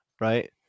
right